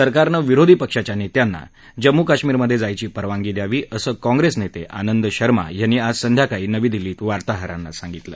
सरकारनं विरोधी पक्षाच्या नेत्यांना जम्मू कश्मीरमधे जायची परवानगी द्यावी असं काँग्रेस नेते आनंद शर्मा यांनी आज संध्याकाळी नवी दिल्लीत वार्ताहरांना सांगितलं